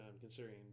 considering